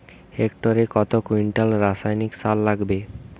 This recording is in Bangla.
হেক্টরে কত কুইন্টাল রাসায়নিক সার লাগবে?